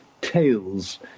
tales